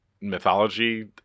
mythology